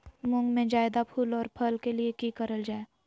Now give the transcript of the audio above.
मुंग में जायदा फूल और फल के लिए की करल जाय?